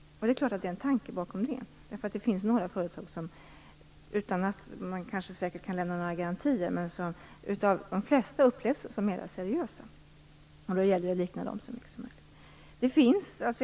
Självklart finns det en tanke bakom det. Det finns ju några företag som, utan att säkra garantier kanske kan lämnas, av de flesta anses som mer seriösa. Då gäller det att likna dem så mycket som möjligt.